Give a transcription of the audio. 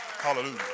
Hallelujah